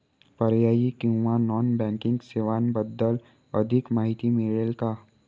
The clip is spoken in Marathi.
पर्यायी किंवा नॉन बँकिंग सेवांबद्दल अधिक माहिती मिळेल का?